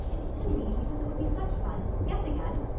it's too mean, because it would be such fun. guess again.